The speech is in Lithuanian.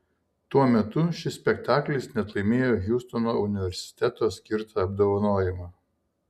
tuo metu šis spektaklis net laimėjo hjustono universiteto skirtą apdovanojimą